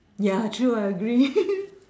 ya true I agree